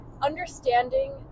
understanding